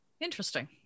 interesting